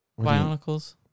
Bionicles